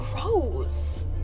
gross